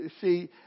see